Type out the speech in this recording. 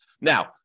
Now